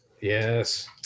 Yes